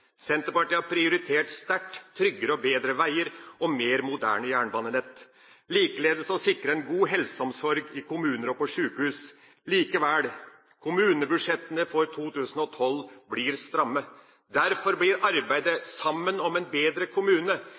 Senterpartiet har prioritert sterkt tryggere og bedre veier og mer moderne jernbanenett, og likeledes å sikre en god helseomsorg i kommuner og på sjukehus. Likevel, kommunebudsjettene for 2012 blir stramme. Derfor blir arbeidet sammen om en bedre kommune